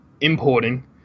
importing